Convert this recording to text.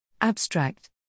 Abstract